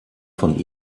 von